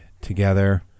together